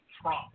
Trump